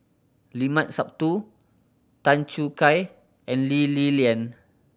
Limat Sabtu Tan Choo Kai and Lee Li Lian